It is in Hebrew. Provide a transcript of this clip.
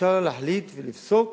אפשר להחליט ולפסוק